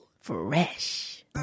fresh